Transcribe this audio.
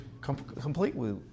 completely